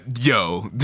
Yo